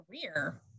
career